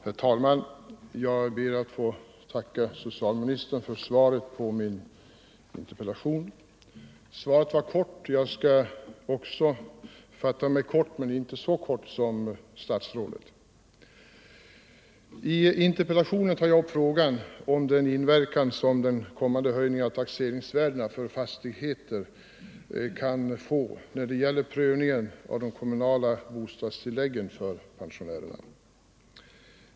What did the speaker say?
Herr talman! Jag ber att få tacka socialministern för svaret på min interpellation. Svaret var kort, och jag skall också fatta mig kort — men inte så kort som statsrådet. I interpellationen tar jag upp frågan om den inverkan som den kommande höjningen av taxeringsvärdena på fastigheter kan få när det gäller prövningen av de kommunala bostadstilläggen för pensionärer.